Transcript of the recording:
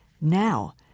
Now